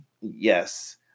Yes